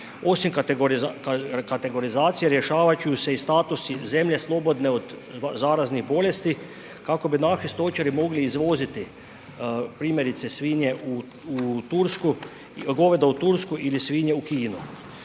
Osim kategorizacije rješavat će se i statusi zemlje slobodne od zaraznih bolesti, kako bi naši stočari mogli izvoziti primjerice svinje u Tursku, goveda u Tursku ili svinje u Kinu.